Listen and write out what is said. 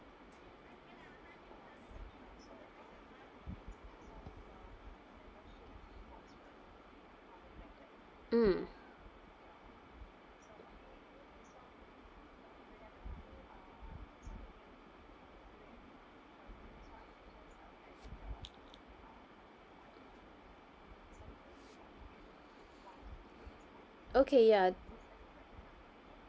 mm okay ya